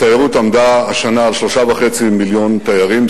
התיירות עמדה השנה על 3 מיליון וחצי תיירים,